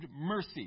mercy